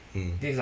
mm